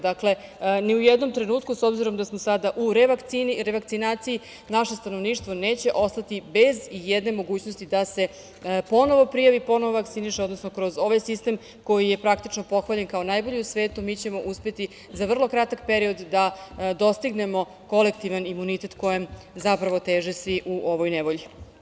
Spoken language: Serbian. Dakle, ni u jednom trenutku s obzirom da smo sada u revakcinaciji naše stanovništvo neće ostati bez ijedne mogućnosti da se ponovo prijavi, ponovo vakciniše, odnosno kroz ovaj sistem koji je praktično pohvaljen kao najbolji na svetu mi ćemo uspeti za vrlo kratak period da dostignemo kolektivan imunitet kojem zapravo teže svi u ovoj nevolji.